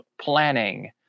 planning